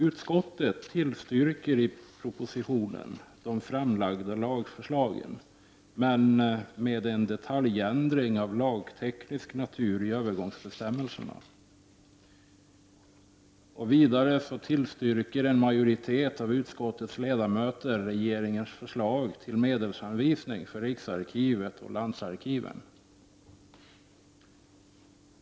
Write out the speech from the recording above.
Utskottet tillstyrker de i propositionen framlagda lagförslagen, med en detaljändring av lagteknisk natur i fråga om övergångsbestämmelserna. Vidare tillstyrker en majoritet av utskottets ledamöter regeringens förslag till medelsanvisning för Riksarkivet och landsarkiven.